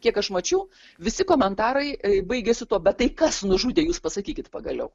kiek aš mačiau visi komentarai baigiasi tuo bet tai kas nužudė jūs pasakykit pagaliau